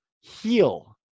heal